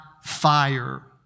fire